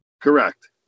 Correct